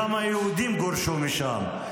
גם היהודים גורשו משם,